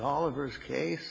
all over his case